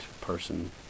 person